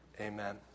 Amen